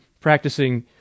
practicing